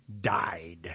died